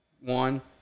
One